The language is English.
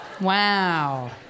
Wow